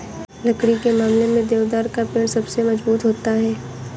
लकड़ी के मामले में देवदार का पेड़ सबसे मज़बूत होता है